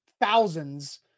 thousands